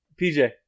PJ